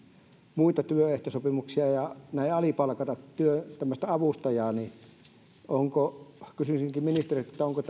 muita työehtosopimuksia ja näin alipalkata tämmöistä avustajaa kysyisinkin ministeriltä onko